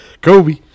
Kobe